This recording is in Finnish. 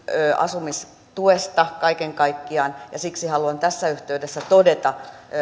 asumistuesta kaiken kaikkiaan ja siksi haluan tässä yhteydessä todeta